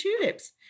tulips